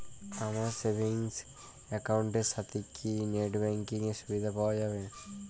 আমার savings account এর সাথে কি নেটব্যাঙ্কিং এর সুবিধা পাওয়া যাবে?